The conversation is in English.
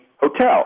hotel